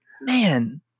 man